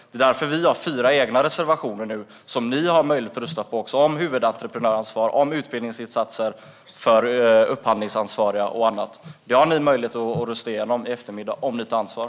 Det är därför vi har fyra egna reservationer som ni också har möjlighet att rösta på, om huvudentreprenörsansvar, utbildningsinsatser för upphandlingsansvariga och annat. Det har ni möjlighet att rösta igenom i eftermiddag, om ni tar ansvar.